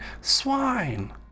Swine